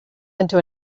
into